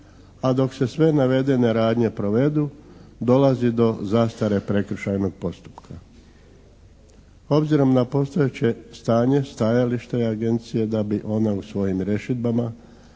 A dok se sve navedene radnje provedu dolazi do zastare prekršajnog postupka. Obzirom na postojeće stanje, stajalište je Agencije da bi ona u svojim rješidbama